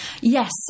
yes